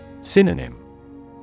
Synonym